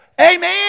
amen